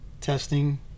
Testing